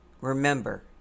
Remember